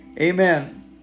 Amen